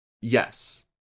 Yes